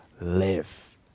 live